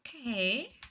okay